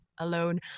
alone